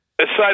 Aside